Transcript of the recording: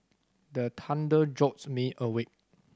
the thunder jolt me awake